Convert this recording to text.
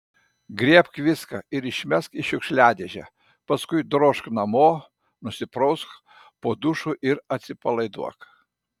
griebk viską ir išmesk į šiukšliadėžę paskui drožk namo nusiprausk po dušu ir atsipalaiduok